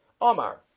Omar